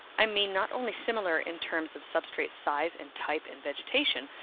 i mean not only similar in terms of substrate size and type and vegetation,